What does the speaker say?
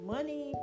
Money